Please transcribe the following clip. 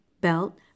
belt